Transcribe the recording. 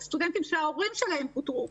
על סטודנטים שההורים שלהם פוטרו,